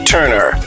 Turner